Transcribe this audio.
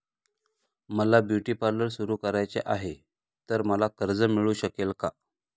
मला beauty parlour सुरू करायचे आहे तर मला कर्ज मिळू शकेल का?